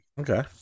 Okay